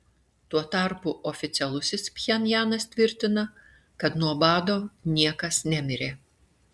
tuo tarpu oficialusis pchenjanas tvirtina kad nuo bado niekas nemirė